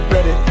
Ready